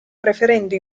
preferendo